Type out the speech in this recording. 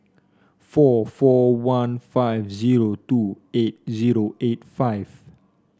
four four one five zero two eight zero eight five